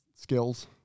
skills